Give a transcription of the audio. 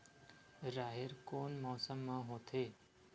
राहेर कोन मौसम मा होथे?